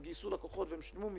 הם גייסו לקוחות והם שילמו מסים,